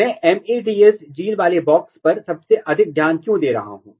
मैं MADS gene वाले box पर सबसे अधिक ध्यान क्यों दे रहा हूं